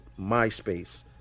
MySpace